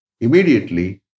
immediately